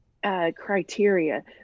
Criteria